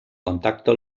contacto